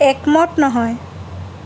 একমত নহয়